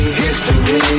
history